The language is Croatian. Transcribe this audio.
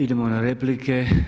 Idemo na replike.